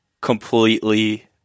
completely